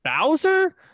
Bowser